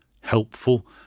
helpful